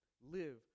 live